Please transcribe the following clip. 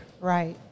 Right